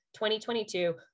2022